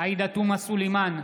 עאידה תומא סלימאן,